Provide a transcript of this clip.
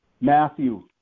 Matthew